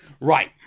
Right